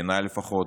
בעיני לפחות,